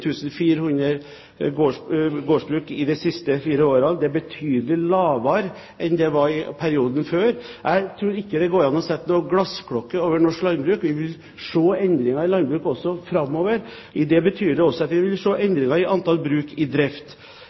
Det er betydelig lavere enn det var i perioden før. Jeg tror ikke det går an å sette noen glassklokke over norsk landbruk. Vi vil se endringer i landbruket også framover. I det betyr det også at vi vil se endringer i antall bruk i drift.